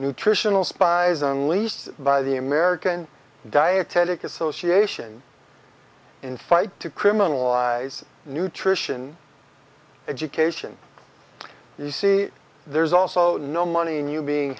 nutritional spies unleashed by the american dietetic association in fight to criminalize nutrition education you see there's also no money in you being